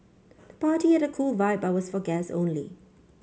the party had a cool vibe but was for guests only